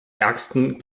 ärgsten